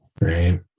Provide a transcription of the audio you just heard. Right